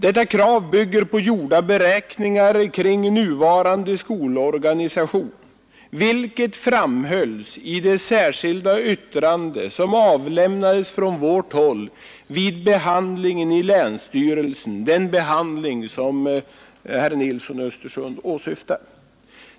Detta krav bygger på gjorda beräkningar kring nuvarande skolorganisation, vilket framhölls i det särskilda yttrande som avlämnades från vårt håll vid den behandling i länsstyrelsen som herr Nilsson åsyftade.